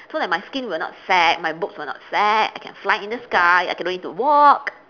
so that my skin will not sag my boobs will not sag I can fly in the sky I can no need to walk